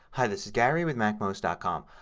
hi, this is gary with macmost ah com.